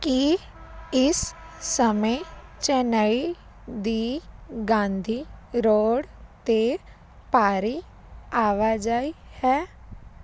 ਕੀ ਇਸ ਸਮੇਂ ਚੇਨਈ ਦੀ ਗਾਂਧੀ ਰੋਡ 'ਤੇ ਭਾਰੀ ਆਵਾਜਾਈ ਹੈ